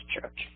church